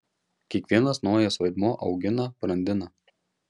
kiekvienas naujas vaidmuo augina brandina